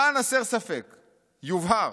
"יובהר